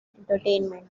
entertainment